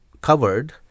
covered